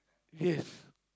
yes